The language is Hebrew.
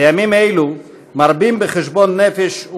בימים אלו מרבים בחשבון נפש,